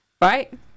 Right